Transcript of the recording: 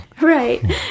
Right